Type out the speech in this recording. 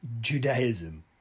Judaism